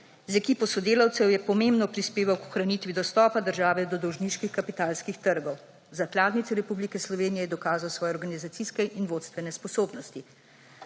Z ekipo sodelavcev je pomembno prispeval k ohranitvi dostopa države do dolžniških kapitalskih trgov. V zakladnici Republike Slovenije je dokazal svoje organizacijske in vodstvene sposobnosti.